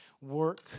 work